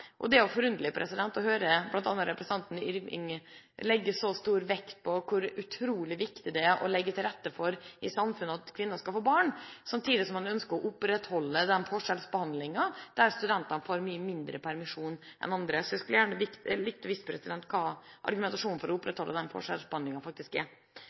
Og det er forunderlig å høre bl.a. representanten Yrvin legge så stor vekt på hvor utrolig viktig det er for samfunnet å legge til rette for at kvinner skal få barn, samtidig som man ønsker å opprettholde den forskjellsbehandlingen der studentene får mye mindre permisjon enn andre. Så jeg skulle gjerne likt å vite hva argumentasjonen for å opprettholde den forskjellsbehandlingen faktisk er.